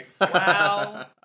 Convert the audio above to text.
Wow